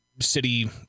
city